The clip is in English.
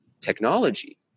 technology